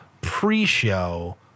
pre-show